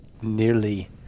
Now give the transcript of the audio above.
nearly